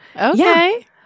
Okay